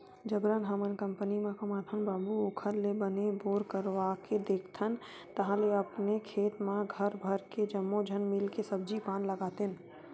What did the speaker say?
जबरन हमन कंपनी म कमाथन बाबू ओखर ले बने बोर करवाके देखथन ताहले अपने खेत म घर भर के जम्मो झन मिलके सब्जी पान लगातेन